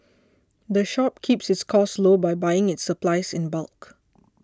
the shop keeps its costs low by buying its supplies in bulk